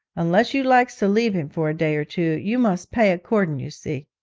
unless you likes to leave him for a day or two, you must pay accordin', you see